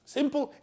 Simple